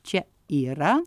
čia yra